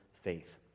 faith